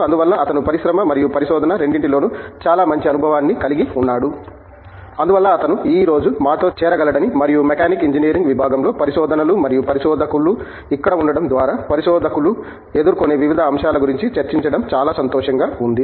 అందువల్ల అతను పరిశ్రమ మరియు పరిశోధన రెండింటిలోనూ చాలా మంచి అనుభవాన్ని కలిగి ఉన్నాడు అందువల్ల అతను ఈ రోజు మాతో చేరగలడని మరియు మెకానికల్ ఇంజనీరింగ్ విభాగంలో పరిశోధనలు మరియు పరిశోధకులు ఇక్కడ ఉండడం ద్వారా పరిశోధకులు ఎదుర్కొనే వివిధ అంశాల గురించి చర్చించడం చాలా సంతోషంగా ఉంది